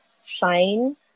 sign